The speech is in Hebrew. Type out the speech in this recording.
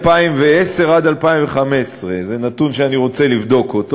מ-2010 עד 2015. זה נתון שאני רוצה לבדוק אותו.